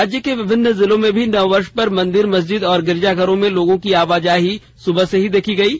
राज्य के विभिन्न जिलों में भी नववर्ष पर मंदिर मस्जिद और गिरजाघरों में लोगों की आवाजाही सुबह से ही देखी गयी